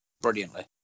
brilliantly